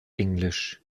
englisch